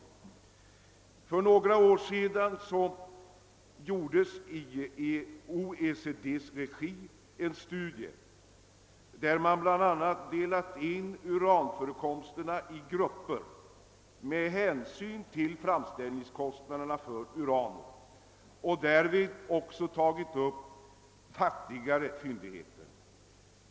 För några år sedan gjordes i OECD:s regi en studie, där man bla. delade in uranförekomsterna i grupper med hänsyn till framställningskostnaderna för uran och där man även tog upp fattigare fyndigheter.